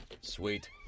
sweet